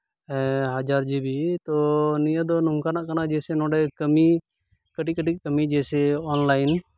ᱦᱟᱡᱟᱨ ᱡᱤᱵᱤ ᱛᱚ ᱱᱤᱭᱟᱹ ᱫᱚ ᱱᱚᱝᱠᱟᱱᱟᱜ ᱠᱟᱱᱟ ᱡᱮᱭᱥᱮ ᱱᱚᱰᱮ ᱠᱟᱹᱢᱤ ᱠᱟᱹᱴᱤᱡ ᱠᱟᱹᱴᱤᱡ ᱠᱟᱹᱢᱤ ᱡᱮᱭᱥᱮ ᱚᱱᱞᱟᱭᱤᱱ